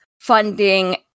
funding